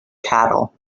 cattle